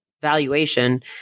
valuation